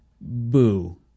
Boo